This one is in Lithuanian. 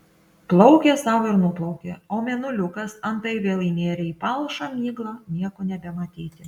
plaukė sau ir nuplaukė o mėnuliukas antai vėl įnėrė į palšą miglą nieko nebematyti